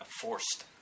forced